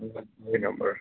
हुन्छ यही नम्बर